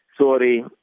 sorry